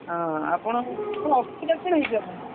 ହଁ ଆପଣ ଅସୁବିଧା କ'ଣ ହୋଇଛି ଆପଣଙ୍କର